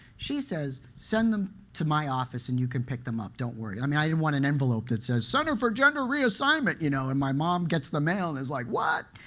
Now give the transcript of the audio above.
she says, send them to my office and you can pick them up. don't worry. i mean, i don't want an envelope that says, center for gender reassignment, you know, and my mom gets the mail and is like, what?